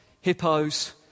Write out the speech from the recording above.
hippos